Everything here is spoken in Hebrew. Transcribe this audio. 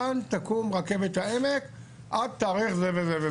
כאן תקום רכבת העמק עד תאריך זה וזה,